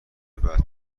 بعد